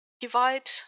divide